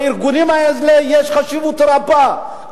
לארגונים האלה יש חשיבות רבה.